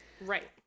Right